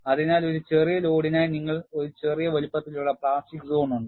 അതിനാൽ ഒരു ചെറിയ ലോഡിനായി നിങ്ങൾക്ക് ഒരു ചെറിയ വലുപ്പത്തിലുള്ള പ്ലാസ്റ്റിക് സോൺ ഉണ്ട്